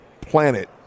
planet